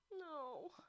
no